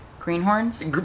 Greenhorns